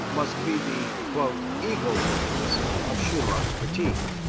must be the eagle wings of schumann's critique.